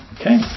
Okay